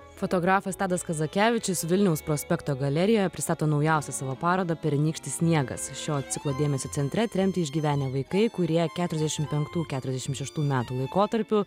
fotografas tadas kazakevičius vilniaus prospekto galerijoje pristato naujausią savo parodą pernykštis sniegas šio ciklo dėmesio centre tremtį išgyvenę vaikai kurie keturiasdešim penktų keturiasdešim šeštų metų laikotarpiu